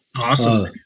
Awesome